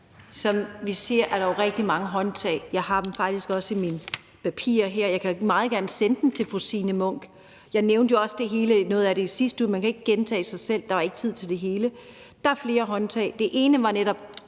Som vi siger, er der jo rigtig mange håndtag. De står faktisk også i mine papirer her. Jeg vil meget gerne sende dem til fru Signe Munk. Jeg nævnte jo også noget af det i sidste uge, men man kan ikke gentage sig selv, for der var ikke tid til det hele. Der er flere håndtag. Det ene var netop